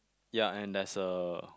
ya and there's a